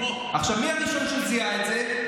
עכשיו, מי הראשון שזיהה את זה?